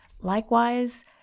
Likewise